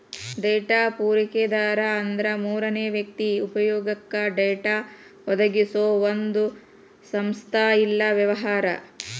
data ಪೂರೈಕೆದಾರ ಅಂದ್ರ ಮೂರನೇ ವ್ಯಕ್ತಿ ಉಪಯೊಗಕ್ಕ ಡೇಟಾ ಒದಗಿಸೊ ಒಂದ್ ಸಂಸ್ಥಾ ಇಲ್ಲಾ ವ್ಯವಹಾರ